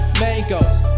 mangoes